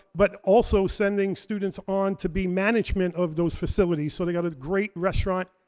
but also sending students on to be management of those facilities. so they got a great restaurant,